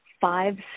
five